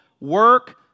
work